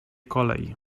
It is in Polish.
kolej